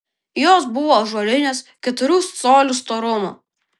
jos buvo ąžuolinės keturių colių storumo